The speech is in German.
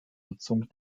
nutzung